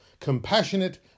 compassionate